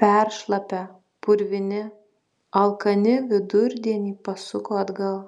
peršlapę purvini alkani vidurdienį pasuko atgal